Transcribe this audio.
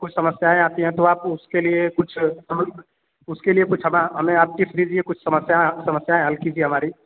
कुछ समस्याएँ आती हैं तो आप उसके लिए कुछ उसके लिए कुछ हमा हमें आप टिप्स दीजिए कुछ समस्याऍं समस्याएँ हल कीजिए हमारी